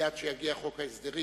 מייד כשיגיע חוק ההסדרים,